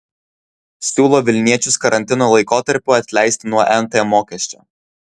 siūlo vilniečius karantino laikotarpiu atleisti nuo nt mokesčio